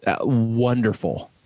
wonderful